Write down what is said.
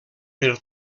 per